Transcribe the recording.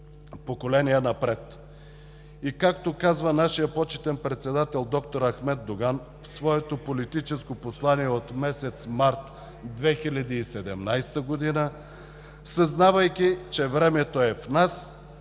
поколения напред. И както каза нашият почетен председател д-р Ахмед Доган в своето политическо послание от месец март 2017 г.: „Съзнавайки че времето е в нас,